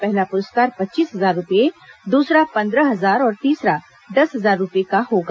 पहला पुरस्कार पच्चीस हजार रुपये दूसरा पद्रंह हजार और तीसरा दस हजार रुपये का होगा